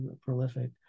prolific